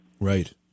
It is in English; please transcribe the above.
Right